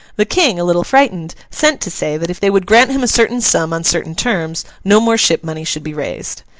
the king, a little frightened, sent to say that if they would grant him a certain sum on certain terms, no more ship money should be raised.